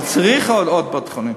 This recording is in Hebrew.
אבל צריך עוד בית-חולים.